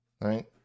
Right